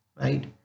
right